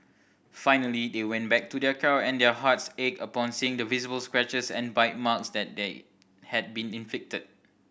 finally they went back to their car and their hearts ached upon seeing the visible scratches and bite marks that day had been inflicted